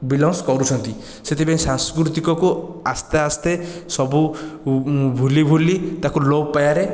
belongs କରୁଛନ୍ତି ସେଥିପାଇଁ ସାଂସ୍କୃତିକକୁ ଆସ୍ତେ ଆସ୍ତେ ସବୁ ଭୁଲି ଭୁଲି ତାହା ଲୋପ ପାଇବାରେ